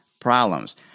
problems